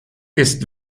ist